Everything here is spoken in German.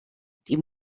die